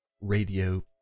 Radio